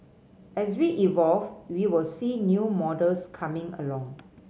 as we evolve we will see new models coming along